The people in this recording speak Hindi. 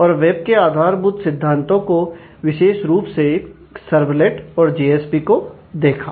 और वेब के आधारभूत सिद्धांतों को विशेष रुप से सर्वलेट और जेएसपी को देखा